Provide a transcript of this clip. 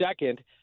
second